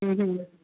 हम्म हम्म